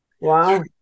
Wow